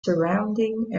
surrounding